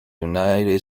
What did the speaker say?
united